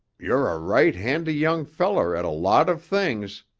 you're a right handy young feller at a lot of things,